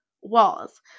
walls